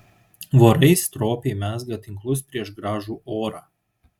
vorai stropiai mezga tinklus prieš gražų orą